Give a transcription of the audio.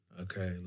Okay